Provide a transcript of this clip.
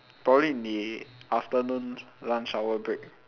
probably in the afternoon lunch hour break